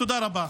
תודה רבה.